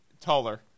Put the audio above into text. taller